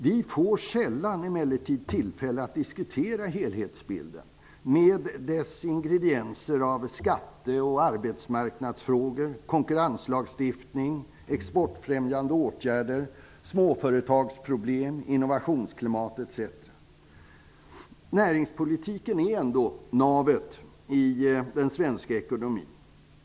Vi får sällan, emellertid, tillfälle att diskutera helhetsbilden, med dess ingredienser av skatte och arbetsmarknadsfrågor, konkurrenslagstiftning, exportfrämjande åtgärder, småföretagsproblem, innovationsklimat etc. Näringspolitiken är ändå navet i den svenska ekonomin.